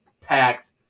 packed